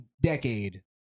decade